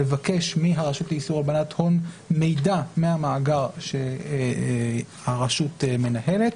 לבקש מהרשות לאיסור הלבנת הון מידע מהמאגר שהרשות מנהלת.